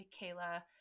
Kayla